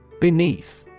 Beneath